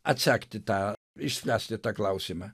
atsekti tą išspręsti tą klausimą